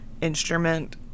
instrument